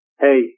hey